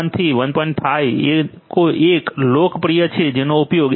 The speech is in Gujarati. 5 એ એક લોકપ્રિય છે જેનો ઉપયોગ એસ